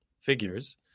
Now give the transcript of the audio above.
figures